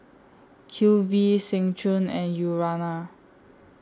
Q V Seng Choon and Urana